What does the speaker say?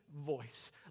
voice